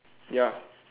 ya